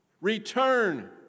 return